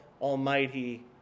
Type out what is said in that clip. almighty